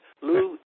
Lou